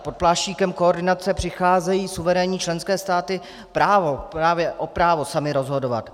Pod pláštíkem koordinace přicházejí suverénní členské státy právě o právo samy rozhodovat.